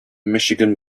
michigan